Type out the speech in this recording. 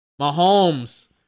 Mahomes